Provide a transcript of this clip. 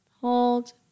hold